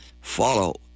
follow